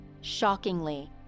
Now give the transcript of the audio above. Shockingly